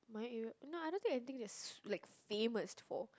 my area no I don't think anything that's famous for